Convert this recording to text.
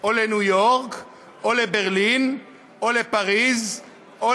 או לניו-יורק או לברלין או לפריז או